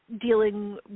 dealing